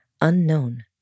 unknown